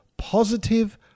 Positive